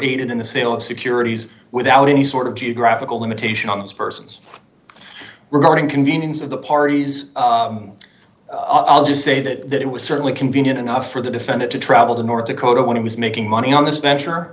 aided in the sale of securities without any sort of geographical limitation on those persons regarding convenience of the parties i'll just say that it was certainly convenient enough for the defendant to travel to north dakota when he was making money on this venture